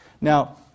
Now